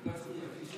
ההצעה להעביר את הנושא